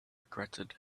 regretted